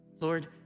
Lord